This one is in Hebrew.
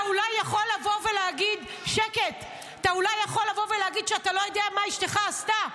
אתה אולי יכול לבוא ולהגיד שאתה לא יודע מה אשתך עשתה,